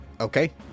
Okay